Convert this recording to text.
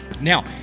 Now